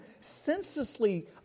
senselessly